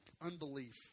unbelief